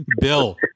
Bill